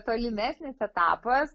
tolimesnis etapas